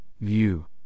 view